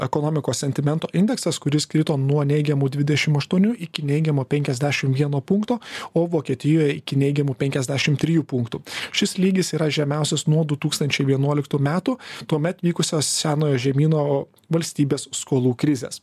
ekonomikos sentimento indeksas kuris krito nuo neigiamų dvidešim aštuonių iki neigiamo penkiasdešim vieno punkto o vokietijoj iki neigiamų penkiasdešim trijų punktų šis lygis yra žemiausias nuo du tūkstančiai vienuoliktų metų tuomet vykusias senojo žemyno valstybės skolų krizės